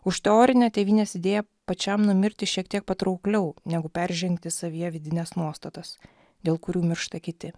už teorinę tėvynės idėją pačiam numirti šiek tiek patraukliau negu peržengti savyje vidines nuostatas dėl kurių miršta kiti